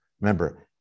Remember